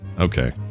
okay